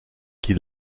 qui